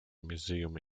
museum